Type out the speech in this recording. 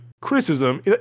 criticism